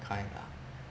mankind lah